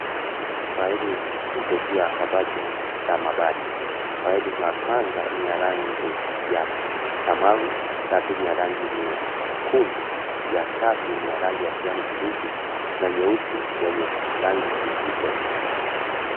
Fairi ziko juu ya kabati la mabati. Fairi ya kwanza niya rangi ya samawi, yapi niya rangi nye kundu, ya tatu niya rangi ya kijanikibiji, na nyeusi ya yenye rangi nyeupe.